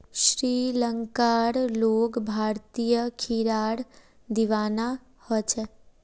श्रीलंकार लोग भारतीय खीरार दीवाना ह छेक